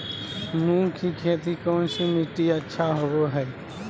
मूंग की खेती कौन सी मिट्टी अच्छा होबो हाय?